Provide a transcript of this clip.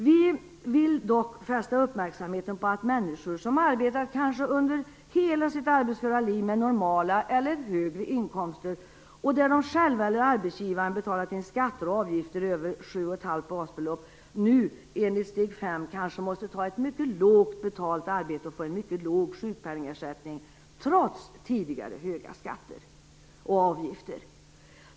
Vi vill dock fästa uppmärksamheten på att människor som kanske under hela sina arbetsföra liv arbetat med normala eller högre inkomster och som själva och genom arbetsgivaren betalat in skatter och avgifter utöver 7,5 basbelopp nu kanske enligt steg 5 måste ta mycket lågt betalda arbeten och få mycket låg sjukpenningsersättning - trots tidigare höga skatter och avgifter.